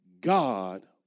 God